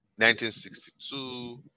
1962